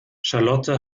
charlotte